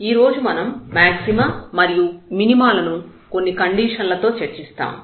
ఈరోజు మనం మాక్సిమా మరియు మినిమా లను కొన్ని కండిషన్ లతో చర్చిస్తాము